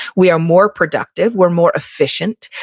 we are more productive, we're more efficient.